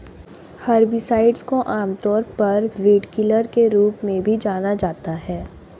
herbicides को आमतौर पर वीडकिलर के रूप में भी जाना जाता है